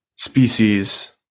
species